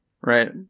Right